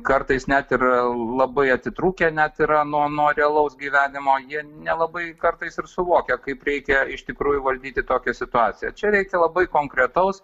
kartais net ir labai atitrūkę net yra nuo nuo realaus gyvenimo jie nelabai kartais ir suvokia kaip reikia iš tikrųjų valdyti tokią situaciją čia reikia labai konkretaus